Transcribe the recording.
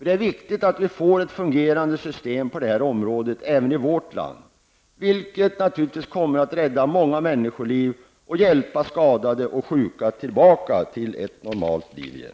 Det är viktigt att vi får ett fungerande system på detta område även i vårt land, något som naturligtvis kommer att rädda många människoliv och hjälpa skadade och sjuka tillbaka till ett normalt liv igen.